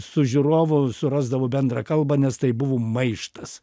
su žiūrovu surasdavo bendrą kalbą nes tai buvo maištas